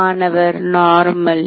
மாணவர் நார்மல்